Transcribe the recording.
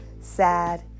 sad